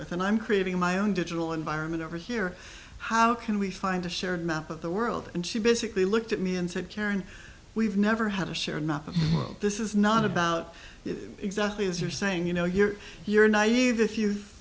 with and i'm creating my own digital environment over here how can we find a shared map of the world and she basically looked at me and said karen we've never had a share not of oh this is not about exactly as you're saying you know you're you're naive if you